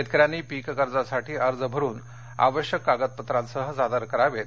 शेतकऱ्यांनी पीक कर्जासाठी अर्ज भरुन आवश्यक कागदपत्रासह सादर करावेत